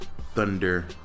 thunder